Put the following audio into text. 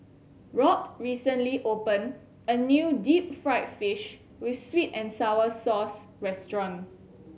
Robt recently opened a new deep fried fish with sweet and sour sauce restaurant